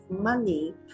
money